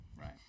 right